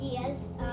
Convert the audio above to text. ideas